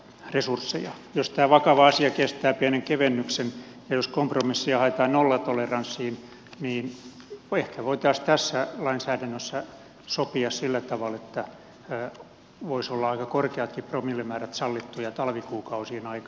jos tämä vakava asia kestää pienen kevennyksen ja jos kompromissia haetaan nollatoleranssiin niin ehkä voitaisiin tässä lainsäädännössä sopia sillä tavalla että voisivat olla aika korkeatkin promillemäärät sallittuja talvikuukausien aikana sisävesiliikenteessä